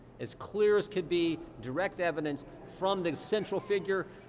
as clear as can be, direct evidence from the central figure,